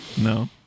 No